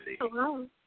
Hello